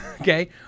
okay